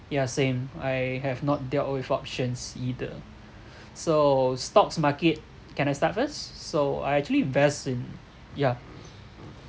yeah same I have not dealt with options either so stocks market can I start first so I actually invest in yeah